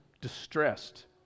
distressed